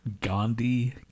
Gandhi